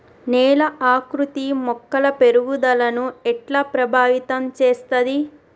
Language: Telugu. నేల ఆకృతి మొక్కల పెరుగుదలను ఎట్లా ప్రభావితం చేస్తది?